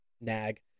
nag